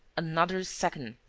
another second,